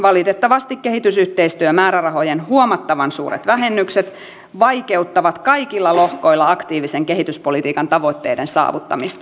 valitettavasti kehitysyhteistyömäärärahojen huomattavan suuret vähennykset vaikeuttavat kaikilla lohkoilla aktiivisen kehityspolitiikan tavoitteiden saavuttamista